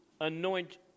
anoint